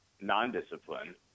non-discipline